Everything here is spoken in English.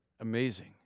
amazing